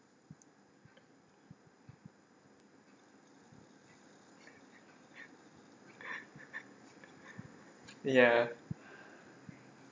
ya